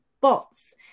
bots